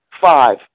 Five